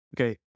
okay